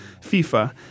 FIFA